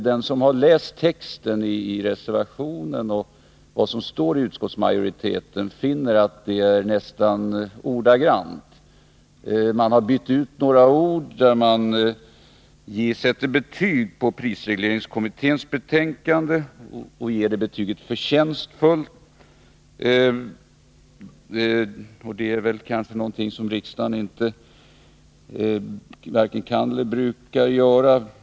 Den som har läst texten i reservationen och vad som står i utskottsmajoritetens skrivning finner att det är nästan ordagrant detsamma. Man har bytt ut några ord. Man sätter betyg på prisregleringskommitténs betänkande och ger det betyget förtjänstfullt. Det är någonting som riksdagen varken kan eller brukar göra.